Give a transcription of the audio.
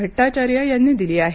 भट्टाचार्य यांनी दिली आहे